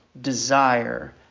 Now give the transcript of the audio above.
desire